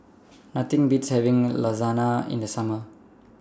Nothing Beats having Lasagna in The Summer